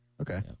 Okay